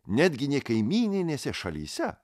netgi nė kaimyninėse šalyse